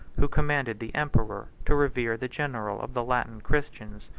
who commanded the emperor to revere the general of the latin christians,